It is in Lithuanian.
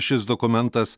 šis dokumentas